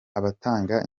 abatanga